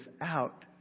out